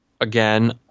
Again